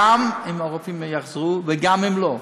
גם אם הרופאים יחזרו וגם אם לא.